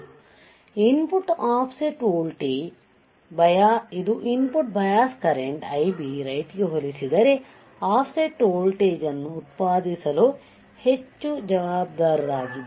input offset voltage ಇದು input bias current Ib ರೈಟ್ಗೆ ಹೋಲಿಸಿದರೆ ಆಫ್ಸೆಟ್ ವೋಲ್ಟೇಜ್ ಅನ್ನು ಉತ್ಪಾದಿಸಲು ಹೆಚ್ಚು ಜವಾಬ್ದಾರವಾಗಿದೆ